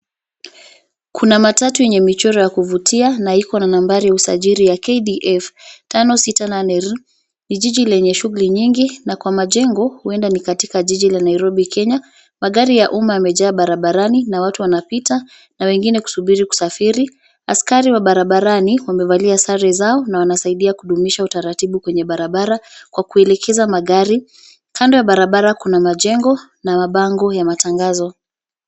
Kuna matatu yenye michoro ya kuvutia na ina nambari ya usajili ya KDF 568R. Ni jiji lenye shughuli nyingi, na kwa majengo, huenda ni jiji la Nairobi, Kenya. Magari ya umma yamejaa barabarani na watu wanapita na wengine wanasubiri kusafiri. Askari wa barabarani wamevalia sare zao na wanasaidia kudumisha utaratibu kwenye barabara kwa kuelekeza magari. Kando ya barabara kuna majengo na mabango ya matangazo.